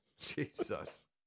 Jesus